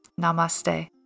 Namaste